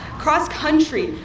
cross country,